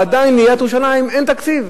ועדיין לעיריית ירושלים אין תקציב.